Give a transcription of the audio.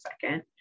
second